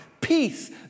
Peace